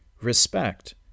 respect